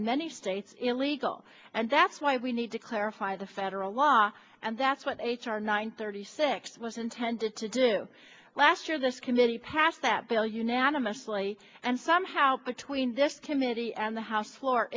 in many states illegal and that's why we need to clarify the federal law and that's what h r nine thirty six was intended to do last year this committee passed that bill unanimously and somehow between this committee on the house floor